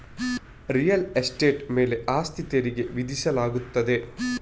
real estate ಮೇಲೆ ಆಸ್ತಿ ತೆರಿಗೆ ವಿಧಿಸಲಾಗುತ್ತದೆ